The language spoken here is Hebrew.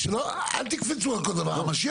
אל תקפצו על כל דבר.